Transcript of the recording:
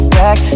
back